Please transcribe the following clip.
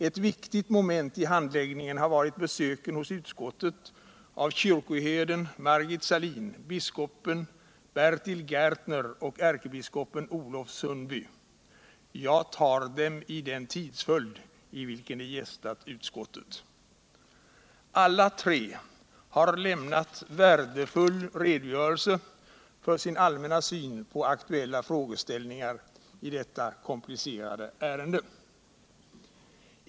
Ett viktigt moment i handläggningen har varit besöken hos utskottet av kyrkoherde Margit Sahlin, biskop Bertil Gärtner och ärkebiskop Olof Sundby jag tar dem i den tidsföljd i vilken de gästade utskottet. Alla tre har lämnat värdefull redogörelse för sin allmänna syn på aktuella frågeställningar i detta kompli 200 cerade ärende.